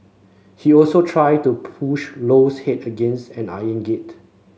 he also tried to push Low's head against an iron gate